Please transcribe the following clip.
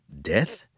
death